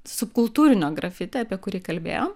subkultūrinio grafiti apie kurį kalbėjom